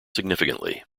significantly